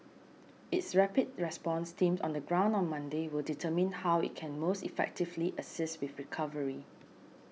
its rapid response team on the ground on Monday will determine how it can most effectively assist with recovery